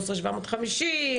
13,750,